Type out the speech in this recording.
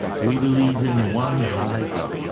we believe in one high god,